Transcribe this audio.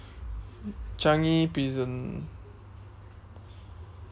changi prison